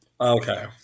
Okay